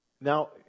Now